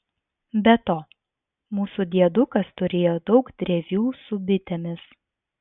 be to mūsų diedukas turėjo daug drevių su bitėmis